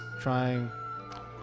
trying